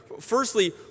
Firstly